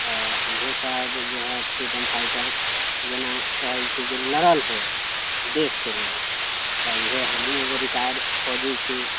तऽ उएह सभ जे हइ फ्रीडम फाइटर जेना कहैत छै जे लड़ल होइ देशके लेल तऽ उएह हमहूँ एगो रिटायर्ड फौजी छी